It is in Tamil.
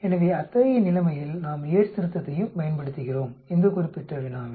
எனவே அத்தகைய நிலைமையில் நாம் யேட்ஸ் திருத்தத்தையும் பயன்படுத்துகிறோம் இந்த குறிப்பிட்ட வினாவில்